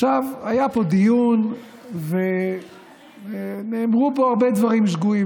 עכשיו, היה פה דיון ונאמרו פה הרבה דברים שגויים.